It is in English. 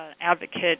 advocate